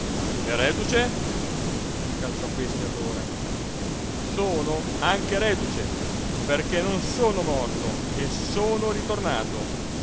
reduce incalzò questi allora sono anche reduce perché non sono morto e sono ritornato